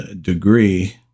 degree